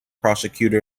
prosecutor